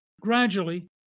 Gradually